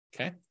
Okay